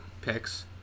picks